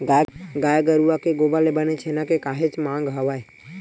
गाय गरुवा के गोबर ले बने छेना के काहेच मांग हवय